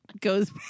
goes